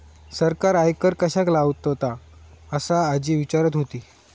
सरकार आयकर कश्याक लावतता? असा आजी विचारत होती